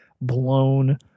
blown